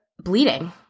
bleeding